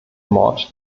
mord